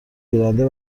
گیرنده